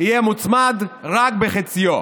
יהיה מוצמד רק בחציו,